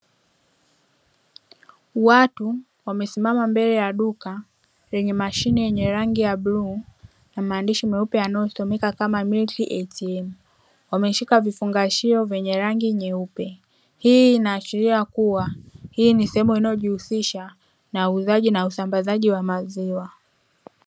Watu wamesimama mbele ya duka lenye mashine ya rangi ya bluu na maandishi meupe yanayo someka kama "Milk ATM" wameshika vifungashio vyenye rangi nyeupe. Hii inaashiria kua hii ni sehemu inayo jihusisha na uuzaji na usambazaji wa maziwa.